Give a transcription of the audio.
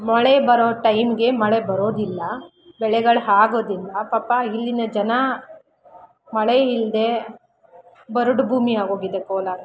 ಮಳೆ ಬರೋ ಟೈಮ್ಗೆ ಮಳೆ ಬರೋದಿಲ್ಲ ಬೆಳೆಗಳು ಆಗೋದಿಲ್ಲ ಪಾಪ ಇಲ್ಲಿನ ಜನ ಮಳೆ ಇಲ್ಲದೆ ಬರಡು ಭೂಮಿ ಆಗೋಗಿದೆ ಕೋಲಾರ